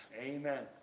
Amen